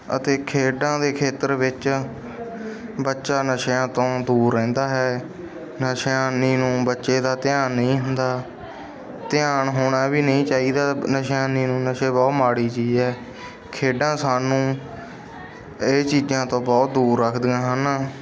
ਅਤੇ ਖੇਡਾਂ ਦੇ ਖੇਤਰ ਵਿੱਚ ਬੱਚਾ ਨਸ਼ਿਆਂ ਤੋਂ ਦੂਰ ਰਹਿੰਦਾ ਹੈ ਨਸ਼ਿਆ ਕੰਨੀ ਨੂੰ ਬੱਚੇ ਦਾ ਧਿਆਨ ਨਹੀਂ ਹੁੰਦਾ ਧਿਆਨ ਹੋਣਾ ਵੀ ਨਹੀਂ ਚਾਹੀਦਾ ਨਸ਼ਿਆ ਕੰਨੀ ਨੂੰ ਨਸ਼ੇ ਬਹੁਤ ਮਾੜੀ ਚੀਜ਼ ਹੈ ਖੇਡਾਂ ਸਾਨੂੰ ਇਹ ਚੀਜ਼ਾਂ ਤੋਂ ਬਹੁਤ ਦੂਰ ਰੱਖਦੀਆਂ ਹਨ